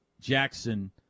Jackson